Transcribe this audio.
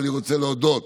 אני רוצה להודות